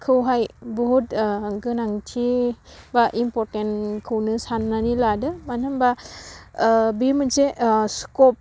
खौहाय बहुद गोनांथि बा इम्परटेन्टखौनो सान्नानै लादो मानो होनबा बे मोनसे स्कब